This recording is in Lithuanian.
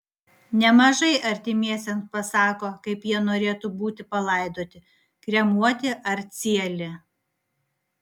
nemažai artimiesiems pasako kaip jie norėtų būti palaidoti kremuoti ar cieli